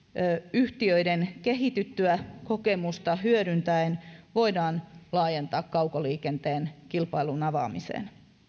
yhtiöiden kehityttyä kokemusta hyödyntäen voidaan laajentaa kaukoliikenteen kilpailun avaamiseen